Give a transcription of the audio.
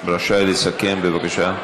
רשאי לסכם, בבקשה.